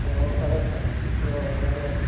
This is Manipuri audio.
ꯑꯣ ꯐꯔꯦ ꯐꯔꯦ ꯍꯣꯏ ꯍꯣꯏ ꯌꯥꯔꯦ ꯌꯥꯔꯦ